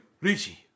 Richie